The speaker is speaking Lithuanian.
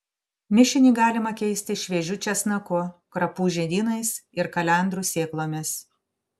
mišinį galima keisti šviežiu česnaku krapų žiedynais ir kalendrų sėklomis